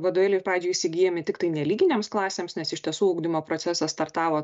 vadovėliai iš pradžių įsigyjami tiktai nelyginėms klasėms nes iš tiesų ugdymo procesas startavo